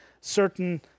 certain